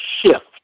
shift